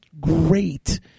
great